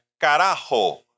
carajo